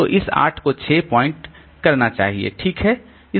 तो इस 8 को 6 पॉइंट करना चाहिए ठीक है